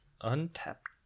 untapped